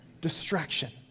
distraction